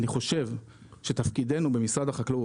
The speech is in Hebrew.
אני חושב שתפקידנו במשרד החקלאות